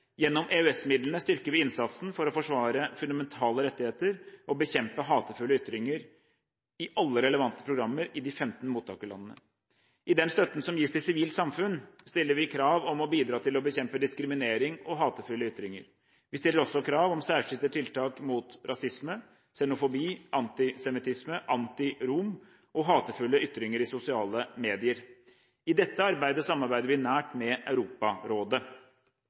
Gjennom EØS-midlene styrker vi innsatsen for å forsvare fundamentale rettigheter og bekjempe hatefulle ytringer i alle relevante programmer i de 15 mottakerlandene. I den støtten som gis til sivilt samfunn, stiller vi krav om å bidra til å bekjempe diskriminering og hatefulle ytringer. Vi stiller også krav om særskilte tiltak mot rasisme, xenofobi, anti-semittisme, anti-rom og hatefulle ytringer i sosiale medier. I dette arbeidet samarbeider vi nært med Europarådet.